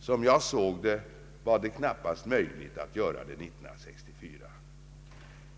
Som jag såg det, var detta knappast möjligt härefter.